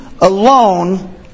alone